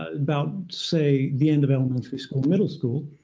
about say the end of elementary school, middle school,